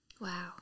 Wow